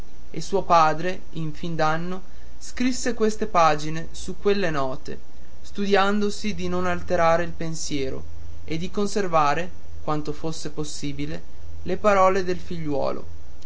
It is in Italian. e suo padre in fin d'anno scrisse queste pagine su quelle note studiandosi di non alterare il pensiero e di conservare quanto fosse possibile le parole del figliuolo